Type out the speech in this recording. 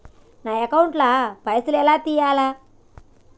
నా అకౌంట్ ల పైసల్ ఎలా తీయాలి?